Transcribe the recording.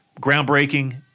groundbreaking